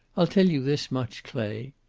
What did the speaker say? i'll tell you this much, clay.